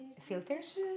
filters